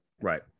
right